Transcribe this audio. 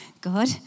God